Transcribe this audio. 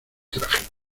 trajín